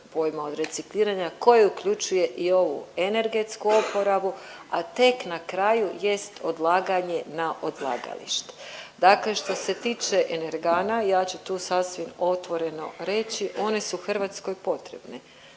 pojma od recikliranja koje uključuje i ovu energetsku oporabu, a tek na kraju jest odlaganje na odlagalište. Dakle što se tiče energana, ja ću tu sasvim otvoreno reći one su Hrvatskoj potrebne.